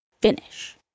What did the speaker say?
finish